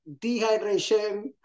dehydration